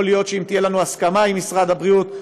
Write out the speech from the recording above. יכול להיות שאם תהיה לנו הסכמה עם משרד הבריאות,